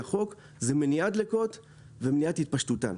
החוק היא מניעת דלקות ומניעת התפשטותן.